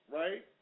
right